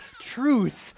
truth